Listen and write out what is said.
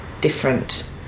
different